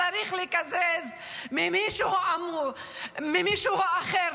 וצריך לקזז ממישהו אחר.